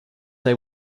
they